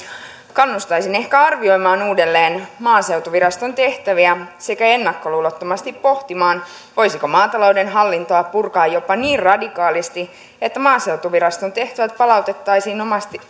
kannustaisin ehkä arvioimaan uudelleen maaseutuviraston tehtäviä sekä ennakkoluulottomasti pohtimaan voisiko maatalouden hallintoa purkaa jopa niin radikaalisti että maaseutuviraston tehtävät palautettaisiin